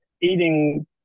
eating